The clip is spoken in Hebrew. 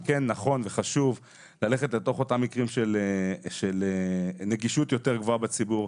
זה כן נכון וחשוב ללכת לתוך אותם מקרים של נגישות יותר גבוהה בציבור,